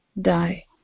Die